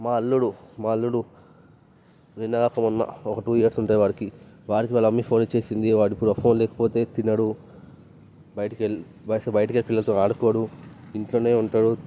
మా అల్లుడు మా అల్లుడు నిన్న కాక మొన్న ఒక టూ ఇయర్స్ ఉంటాయి వాడికి వాళ్ళ అమ్మ ఫోన్ ఇచ్చేసింది వాడుకూడా ఫోన్ లేకపోతే తినడు బయటకి వెళ్ళి వాడు అసలు బయటకి వెళ్ళి పిల్లలతో ఆడుకోడు ఇంట్లోనే ఉంటాడు